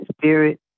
spirit